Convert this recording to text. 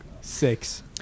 Six